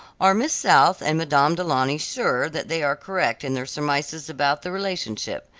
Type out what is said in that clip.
are miss south and madame du launy sure that they are correct in their surmises about the relationship?